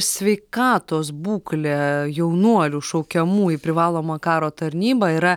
sveikatos būklė jaunuolių šaukiamų į privalomą karo tarnybą yra